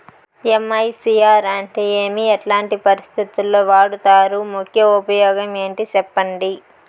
MICR అంటే ఏమి? ఎట్లాంటి పరిస్థితుల్లో వాడుతారు? ముఖ్య ఉపయోగం ఏంటి సెప్పండి?